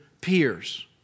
peers